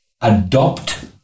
adopt